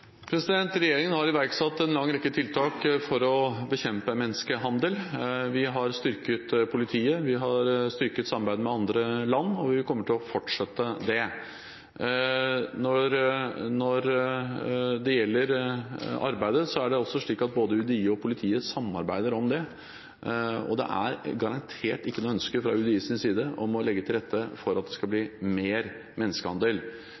Regjeringen har iverksatt en lang rekke tiltak for å bekjempe menneskehandel. Vi har styrket politiet, vi har styrket samarbeidet med andre land, og vi kommer til å fortsette med det. Når det gjelder arbeidet, er det slik at UDI og politiet samarbeider. Det er garantert ikke noe ønske fra UDIs side å legge til rette for at det skal bli mer menneskehandel.